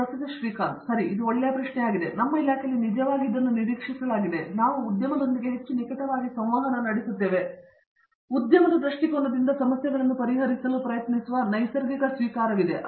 professor Srikanth Vedantam ಸರಿ ಇದು ಒಳ್ಳೆಯ ಪ್ರಶ್ನೆಯಾಗಿದೆ ಏಕೆಂದರೆ ನಮ್ಮ ಇಲಾಖೆಯಲ್ಲಿ ನಿಜವಾಗಿ ನಿರೀಕ್ಷಿಸಲಾಗಿದೆ ನಾವು ಉದ್ಯಮದೊಂದಿಗೆ ಹೆಚ್ಚು ನಿಕಟವಾಗಿ ಸಂವಹನ ನಡೆಸುತ್ತೇವೆ ಮತ್ತು ಉದ್ಯಮದ ದೃಷ್ಟಿಕೋನದಿಂದ ಸಮಸ್ಯೆಗಳನ್ನು ಪರಿಹರಿಸಲು ಪ್ರಯತ್ನಿಸುವ ನೈಸರ್ಗಿಕ ಸ್ವೀಕಾರವಿದೆ